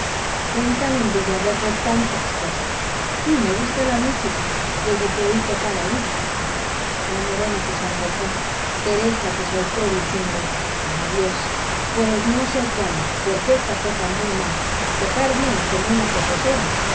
cuentan en villaverde tantas cosas sí me gusta la música desde que oí tocar a luisa la morena se sonrojó teresa se soltó diciendo adiós pues no sé cómo porque ésta toca muy mal tocar bien como una profesora